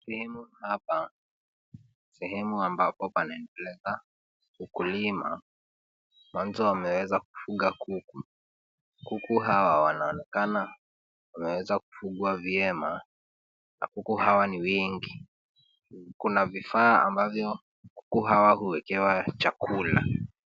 Sehemu hapa, sehemu ambapo panaendeleza ukulima. Watu wameweza kufuga kuku. Kuku hawa wanaonekana wameweza kufugwa vyema na kuku hawa ni wengi. Kuna vifaa ambavyo kuku hawa huwekewa chakula.